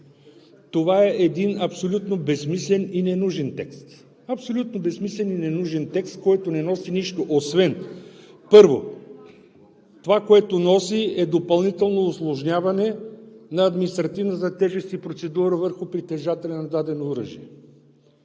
Това е един абсолютно безсмислен и ненужен текст. Абсолютно безсмислен и ненужен текст, който не носи нищо. Първо, това, което носи, е допълнително усложняване на административната тежест и процедура върху притежателя на дадено оръжие.